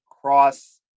cross